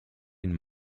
den